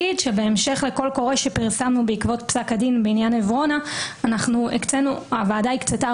לקול קורא שפרסמנו בעקבות פסק הדין בעניין עברונה הוועדה הקצתה